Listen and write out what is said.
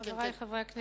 חברי חברי הכנסת,